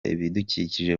ibidukikije